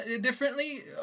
differently